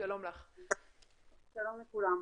שלום לכולם.